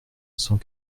cent